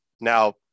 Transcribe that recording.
now